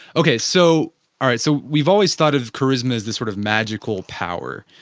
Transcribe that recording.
okay so all right, so we've always thought of charisma as this sort of magical power,